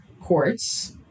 courts